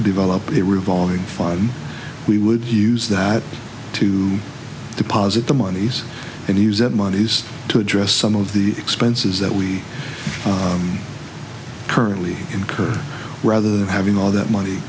develop a revolving fun we would use that to deposit the monies and use that monies to address some of the expenses that we currently incur rather than having all that money